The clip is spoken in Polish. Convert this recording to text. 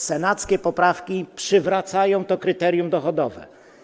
Senackie poprawki przywracają to kryterium dochodowe.